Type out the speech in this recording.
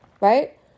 Right